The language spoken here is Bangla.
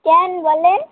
কেন বলেন